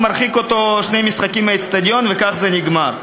מרחיק אותו לשני משחקים מהאיצטדיון, וכך זה נגמר.